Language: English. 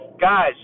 Guys